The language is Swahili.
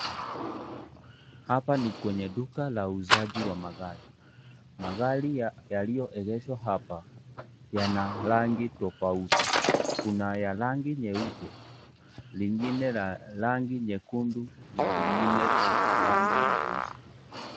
Hapa ni kwenye duka la uuzaji wa magari. Magari yaliyoegeshwa hapa yana rangi tofauti, la rangi nyeupe, lengine la rangi nyekundu na lingine la rangi nyeusi.